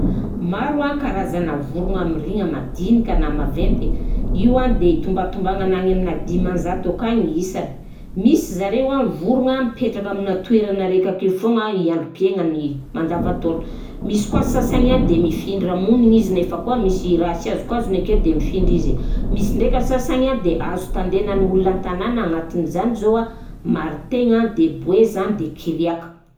Maro an karazagna vorogna miriagna madinika na maventy, io an de tombatombanagna agny amina dimanjato akagny isany, misy zareo an vorogna mipetraka amina toeragna araiky akeo foana i androm-piagnany mandavan-taona, misy koà sasany an de mifindra monina izy nefa koà misy raha tsy azonkazony akeo de mifindra izy, misy ndraika sasagny a de azo tandenan'ny olo an-tanàgna, agnatin'izany zô a de martaigna, boeza de kiriàka.